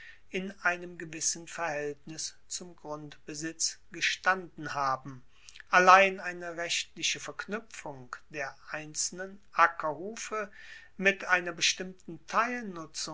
in einem gewissen verhaeltnis zum grundbesitz gestanden haben allein eine rechtliche verknuepfung der einzelnen ackerhufe mit einer bestimmten